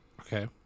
Okay